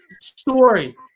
story